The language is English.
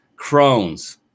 Crohn's